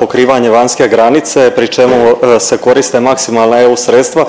pokrivanje vanjske granice, pri čemu se koriste maksimalna eu sredstva